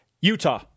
Utah